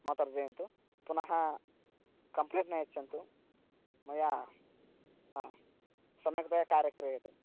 मा तर्जयन्तु पुनः कम्प्लेण्ट् न यच्छन्तु मया हा सम्यक्तया कार्यं क्रियते